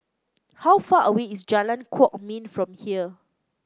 how far away is Jalan Kwok Min from here